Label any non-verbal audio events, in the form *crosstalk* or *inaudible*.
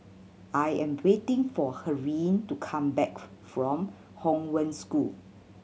I am waiting for Helene to come back *unintelligible* from Hong Wen School